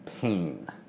pain